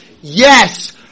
yes